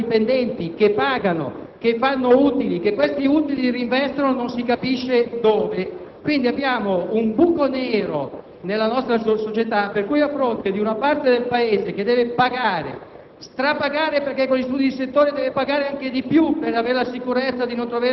parliamo di associazioni benefiche, ma di associazioni cha hanno dipendenti che pagano, che producono utili e che reinvestono non si capisce dove. Quindi, vi è un buco nero nella nostra società per cui, a fronte di una parte del Paese che deve pagare,